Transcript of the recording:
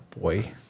boy